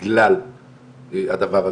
בגלל הדבר הזה,